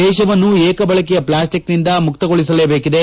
ದೇಶವನ್ನು ಏಕಬಳಕೆಯ ಪ್ಲಾಸ್ತಿಕ್ನಿಂದ ಮುಕ್ತಗೊಳಿಸಲೇಬೇಕಿದೆ